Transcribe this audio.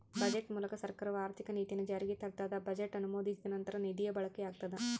budget ಮೂಲಕ ಸರ್ಕಾರವು ಆರ್ಥಿಕ ನೀತಿಯನ್ನು ಜಾರಿಗೆ ತರ್ತದ ಬಜೆಟ್ ಅನುಮೋದಿಸಿದ ನಂತರ ನಿಧಿಯ ಬಳಕೆಯಾಗ್ತದ